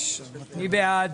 מי בעד?